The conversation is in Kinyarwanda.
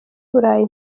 burayi